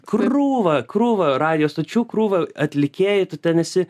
krūva krūva radijo stočių krūva atlikėjų tu ten esi